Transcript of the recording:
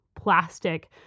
plastic